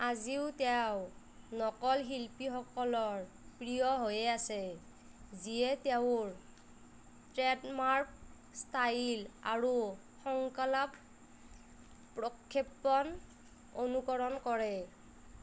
আজিও তেওঁ নকল শিল্পীসকলৰ প্ৰিয় হৈয়েই আছে যিয়ে তেওঁৰ ট্ৰেডমাৰ্ক ষ্টাইল আৰু সংকালাপ প্ৰক্ষেপন অনুকৰণ কৰে